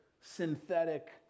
synthetic